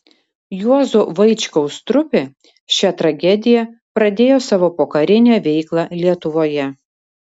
juozo vaičkaus trupė šia tragedija pradėjo savo pokarinę veiklą lietuvoje